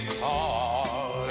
call